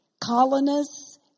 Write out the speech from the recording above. colonists